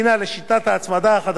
ובאופן מתואם לתקופת